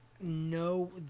No